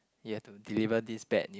you have to deliver this bad new